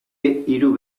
hiru